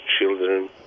children